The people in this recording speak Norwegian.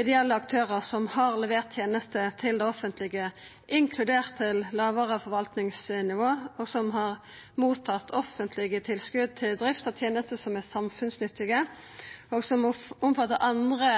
ideelle aktørar som har levert tenester til det offentlege, inkludert til lågare forvaltningsnivå, og som har mottatt offentlege tilskot til drift av tenester som er samfunnsnyttige, og som omfattar andre